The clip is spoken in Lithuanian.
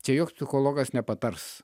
čia joks psichologas nepatars